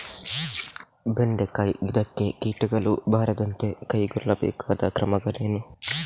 ಬೆಂಡೆಕಾಯಿ ಗಿಡಕ್ಕೆ ಕೀಟಗಳು ಬಾರದಂತೆ ಕೈಗೊಳ್ಳಬೇಕಾದ ಕ್ರಮಗಳೇನು?